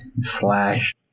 slash